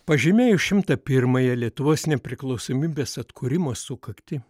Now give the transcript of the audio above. pažymėjus šimtą pirmąją lietuvos nepriklausomybės atkūrimo sukaktį